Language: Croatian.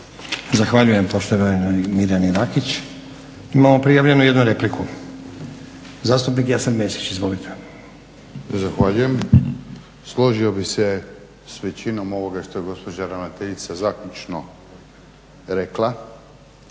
Zahvaljujem poštovanoj Mirjani Rakić. Imamo prijavljenu jednu repliku. Zastupnik Jasen Mesić, izvolite. **Mesić, Jasen (HDZ)** Zahvaljujem. Složio bih se s većinom ovoga što je gospođa ravnateljica zaključno rekla